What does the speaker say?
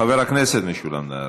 חבר הכנסת משולם נהרי.